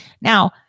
Now